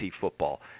football